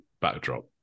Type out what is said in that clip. backdrop